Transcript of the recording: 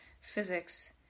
physics